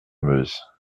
meuse